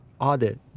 Audit